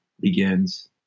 begins